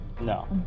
No